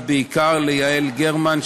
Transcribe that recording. ובעיקר ליעל גרמן,